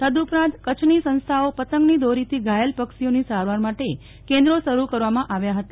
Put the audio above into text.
તદઉપરાંત કચ્છની સંસ્થાઓ પતંગની દોરીથી ઘાયલ પક્ષીઓની સારવાર માટે કેન્દ્રો શરૂ કરવામાં આવ્યા હતા